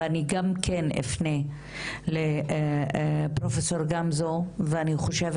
ואני גם כן אפנה לפרופ' גמזו ואני חושבת